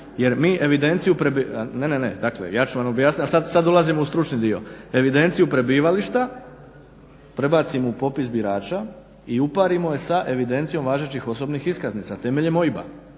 dio. Evidenciju prebivališta prebacimo u popis birača i uparimo je sa evidencijom važećih osobnih iskaznica temeljem OIB-a.